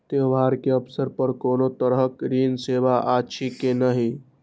त्योहार के अवसर पर कोनो तरहक ऋण सेवा अछि कि नहिं?